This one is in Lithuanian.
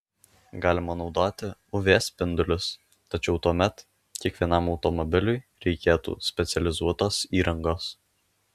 galima naudoti uv spindulius tačiau tuomet kiekvienam automobiliui reikėtų specializuotos įrangos